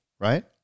right